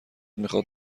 میخاد